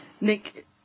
Nick